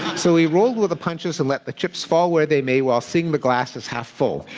so we rolled with the punches and let the chips fall where they may while seeing the glass as half full.